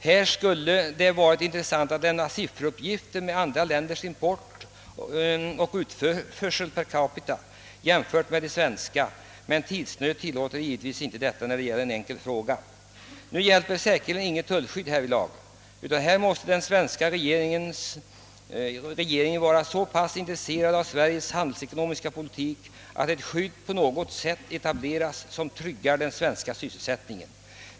Det skulle här vara intressant att lämna sifferuppgifter rörande andra länders import och export per capita jämfört med de svenska siffrorna, men tiden vid besvarandet av en enkel fråga tillåter inte detta. Här hjälper säkerligen inget tullskydd, utan här måste regeringen vara så intresserad av vår handelsekonomiska politik att ett skydd av något slag etableras som tryggar vår sysselsättning.